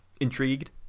Intrigued